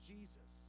Jesus